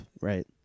right